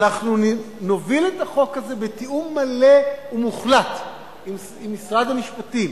אנחנו נוביל את החוק הזה בתיאום מלא ומוחלט עם משרד המשפטים,